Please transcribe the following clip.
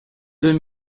deux